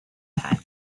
time